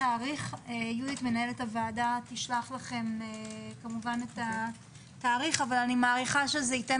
יהודית מנהלת הוועדה תשלח לכם את התאריך אבל אני מניחה שזה ייתן